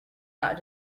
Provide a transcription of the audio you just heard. not